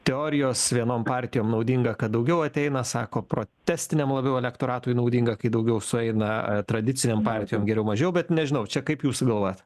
teorijos vienom partijom naudinga kad daugiau ateina sako protestiniam labiau elektoratui naudinga kai daugiau sueina tradicinėm partijom geriau mažiau bet nežinau čia kaip jūs galvojat